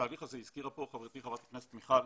הזכירה כאן חברתי חברת הכנסת מיכל